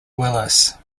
willis